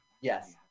Yes